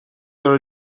your